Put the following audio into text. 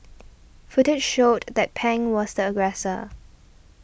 footage showed that Pang was the aggressor